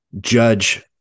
judge